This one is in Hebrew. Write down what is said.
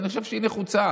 אני חושב שהיא נחוצה.